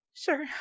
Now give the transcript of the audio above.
Sure